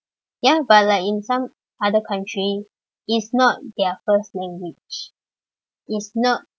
ya but like in some other country its not their first language its not